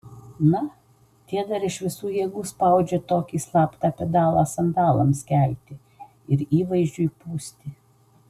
na tie dar iš visų jėgų spaudžia tokį slaptą pedalą sandalams kelti ir įvaizdžiui pūsti